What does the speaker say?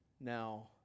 now